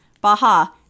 Baha